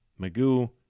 Magoo